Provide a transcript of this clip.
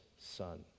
Son